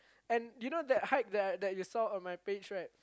and you know that hike that I I that you saw on my page right